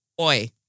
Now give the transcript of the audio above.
Oi